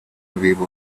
vivo